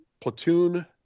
platoon